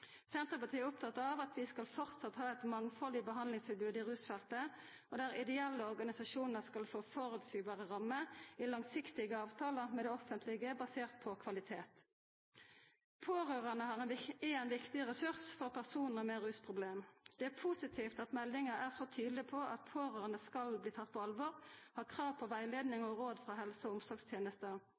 Senterpartiet er opptatt av at vi fortsatt skal ha eit mangfaldig behandlingstilbod i rusfeltet, og dei ideelle organisasjonane skal få føreseielege rammer, i langsiktige avtalar med det offentlege basert på kvalitet. Pårørande er ein viktig ressurs for personar med rusproblem. Det er positivt at meldinga er så tydeleg på at pårørande skal bli tatt på alvor og har krav på rettleiing og råd frå helse- og